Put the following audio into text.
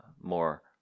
more